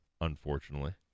unfortunately